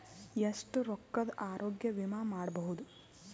ಎಷ್ಟ ರೊಕ್ಕದ ಆರೋಗ್ಯ ವಿಮಾ ಮಾಡಬಹುದು?